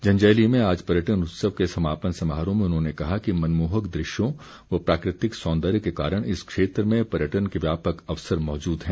जंजैहली में आज पर्यटन उत्सव के समापन समारोह में उन्होंने कहा कि मनमोहक दृश्यों व प्राकृतिक सौदर्य के कारण इस क्षेत्र में पर्यटन के व्यापक अवसर मौजूद हैं